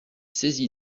saisi